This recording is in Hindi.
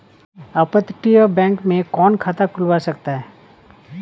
अपतटीय बैंक में कौन खाता खुलवा सकता है?